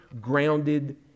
grounded